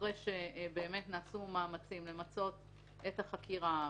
אחרי שנעשו מאמצים למצות את החקירה,